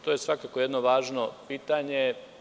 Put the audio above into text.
To je svakako jedno važno pitanje.